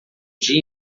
dia